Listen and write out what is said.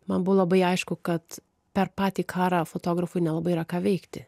man buvo labai aišku kad per patį karą fotografui nelabai yra ką veikti